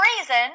reason